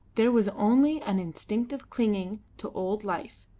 there was only an instinctive clinging to old life,